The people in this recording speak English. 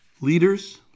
leaders